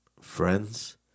Friends